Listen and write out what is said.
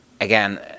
again